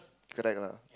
correct lah